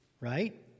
right